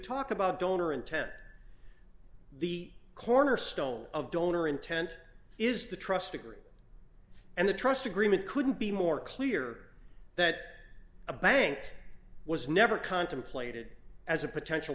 talk about donor intent the cornerstone of donor intent is the trust agree and the trust agreement couldn't be more clear that a bank was never contemplated as a potential